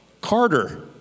Carter